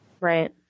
Right